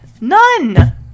None